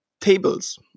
tables